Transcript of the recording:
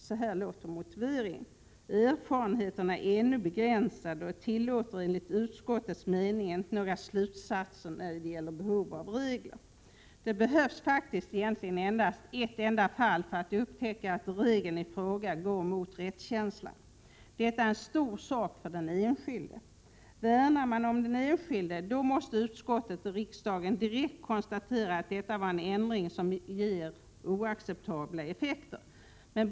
Motiveringen låter på detta sätt: Erfarenheterna är ännu begränsade och tillåter enligt utskottets mening inte några slutsatser när det gäller behov av regler. Det behövs faktiskt egentligen endast ett enda fall för att upptäcka att regeln i fråga strider mot rättskänslan. Detta är en stor sak för den enskilde. Värnar man om den enskilde, måste utskottet och riksdagen direkt konstatera att detta var en ändring som gav oacceptabla effekter.